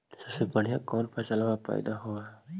सबसे बढ़िया कौन फसलबा पइदबा होब हो?